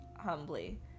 humbly